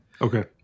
Okay